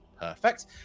Perfect